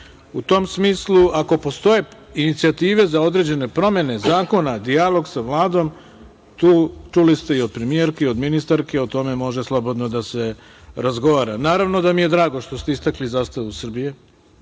tom smislu, ako postoje inicijative za određene promene zakona, dijalog sa Vladom, čuli ste i od premijerke, od ministarke, o tome može slobodno da se razgovara. Naravno da mi je drago što ste istakli zastavu Srbije,